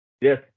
yes